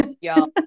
Y'all